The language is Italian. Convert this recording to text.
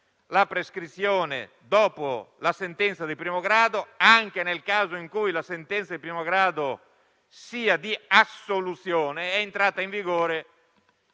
la prescrizione dopo la sentenza di primo grado, anche nel caso in cui quest'ultima sia di assoluzione, è entrata in vigore